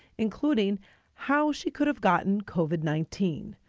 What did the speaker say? including how she could have gotten covid nineteen.